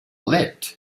lit